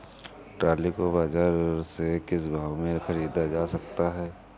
Trolley को बाजार से किस भाव में ख़रीदा जा सकता है?